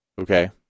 Okay